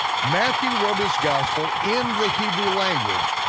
matthew wrote his gospel in the hebrew language.